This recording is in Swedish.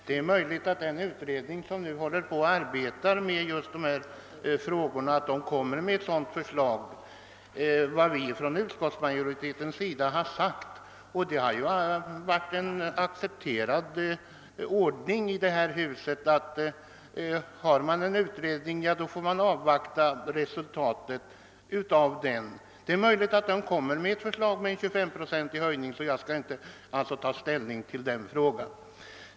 Det är möjligt att den utredning som nu arbetar med dessa frågor kommer med ett sådant förslag, men det har varit en accepterad ordning här i huset att om en utredning pågår bör man avvakta resultatet av denna. Jag vill därför inte nu ta ställning till frågan om en höjning av bidraget.